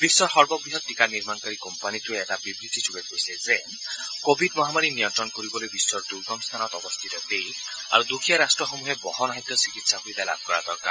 বিশ্বৰ সৰ্ববৃহৎ টীকা নিৰ্মণিকাৰী কোম্পানীটোৱে এটা বিবৃতিযোগে কৈছে যে কোবিড মহামাৰী নিয়ন্নণ কৰিবলৈ বিশ্বৰ দুৰ্গম স্থানত অৱস্থিত দেশ আৰু দুখীয়া ৰাট্টসমূহে বহন সাধ্য চিকিৎসা সুবিধা লাভ কৰা দৰকাৰ